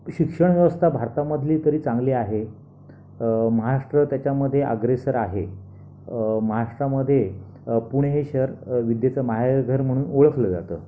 शिक्षणव्यवस्था भारतामधली तरी चांगली आहे महाराष्ट्र त्याच्यामध्ये अग्रेसर आहे महाराष्ट्रामध्ये पुणे हे शहर विद्येचं माहेरघर मणून ओळखलं जातं